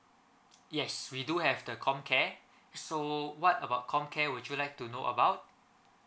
yes we do have the comcare so what about comcare would you like to know about